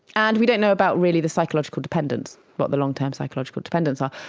and we don't know about really the psychological dependence, what the long-term psychological dependence um